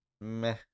Meh